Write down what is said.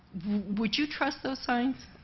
would you trust those signs?